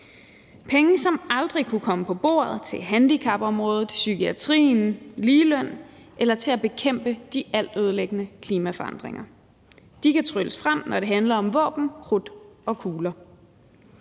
penge, som aldrig kunne komme på bordet til handicapområdet, psykiatrien, ligeløn eller til at bekæmpe de altødelæggende klimaforandringer. De kan trylles frem, når det handler om våben, krudt og kugler.